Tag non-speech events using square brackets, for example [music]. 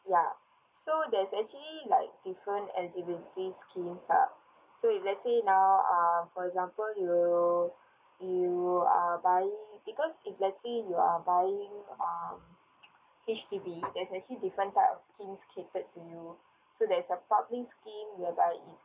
ya so there's actually like different eligibility schemes are so if let's say now uh for example you you are buying because if let's say you are buying um [noise] H_D_B there's actually different type of schemes cater to you so there is a public scheme whereby if